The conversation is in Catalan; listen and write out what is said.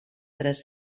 tres